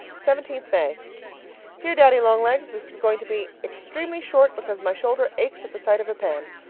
seventeenth may dear daddy-long-legs, this is going to be extremely short because my shoulder aches at the sight of a pen.